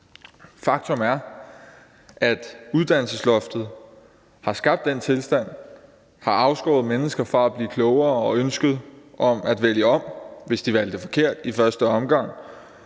Faktum er, at uddannelsesloftet har skabt den tilstand, har afskåret mennesker fra at blive klogere og ønsket om at vælge om, hvis de valgte forkert i første omgang,